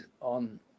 on